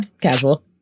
casual